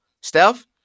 Steph